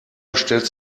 bestellt